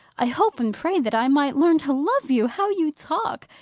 i hope and pray that i might learn to love you? how you talk!